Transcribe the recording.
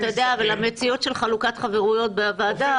אבל אתה יודע שהמציאות של חלוקת חברויות בוועדה